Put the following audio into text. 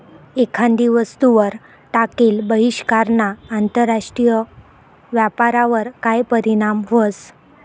एखादी वस्तूवर टाकेल बहिष्कारना आंतरराष्ट्रीय व्यापारवर काय परीणाम व्हस?